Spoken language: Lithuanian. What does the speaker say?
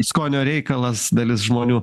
skonio reikalas dalis žmonių